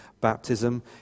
baptism